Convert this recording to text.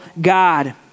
God